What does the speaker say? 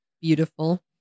Beautiful